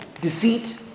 Deceit